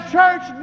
Church